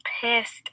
pissed